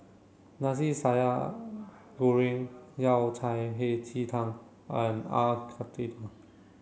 Nasi Goreng Yao Cai Hei Ji Tang and are Karthira